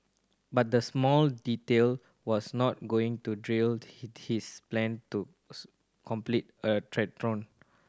but the small detail was not going to derail his plan to complete a triathlon